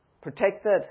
protected